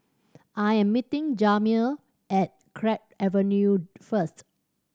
I am meeting Jamir at Drake Avenue first